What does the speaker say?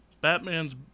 Batman's